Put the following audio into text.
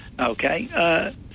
Okay